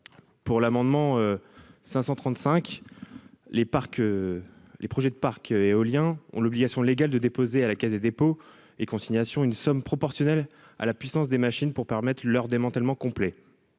pour l'amendement 535 les parcs, les projets de parcs éoliens ont l'obligation légale de déposer à la Caisse des dépôts et consignations, une somme proportionnelle à la puissance des machines pour permettre leur démantèlement complet,